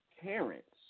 parents